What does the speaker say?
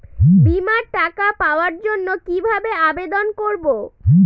বিমার টাকা পাওয়ার জন্য কিভাবে আবেদন করব?